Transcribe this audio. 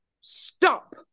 stop